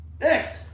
Next